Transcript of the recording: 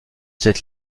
cette